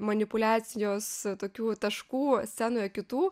manipuliacijos tokių taškų scenoje kitų